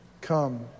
Come